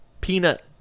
Peanut